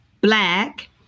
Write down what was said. black